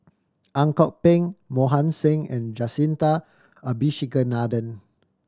Ang Kok Peng Mohan Singh and Jacintha Abisheganaden